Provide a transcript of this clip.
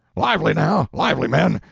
lively, now, lively, men!